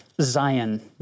Zion